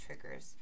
triggers